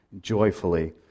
joyfully